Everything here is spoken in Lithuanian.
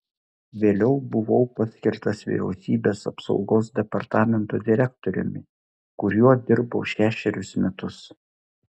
vėliau buvau paskirtas vyriausybės apsaugos departamento direktoriumi kuriuo dirbau šešerius metus